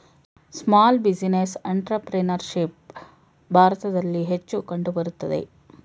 small business entrepreneurship ಭಾರತದಲ್ಲಿ ಹೆಚ್ಚು ಕಂಡುಬರುತ್ತದೆ